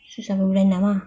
so sampai bulan enam ah